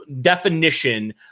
definition